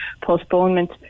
postponement